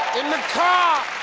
in the car.